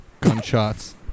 Gunshots